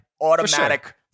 automatic